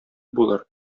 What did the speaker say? булыр